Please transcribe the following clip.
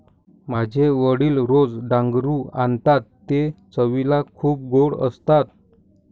माझे वडील रोज डांगरू आणतात ते चवीला खूप गोड असतात